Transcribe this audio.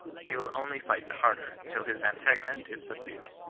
he will only fight the harder, till his antagonist is sub dued.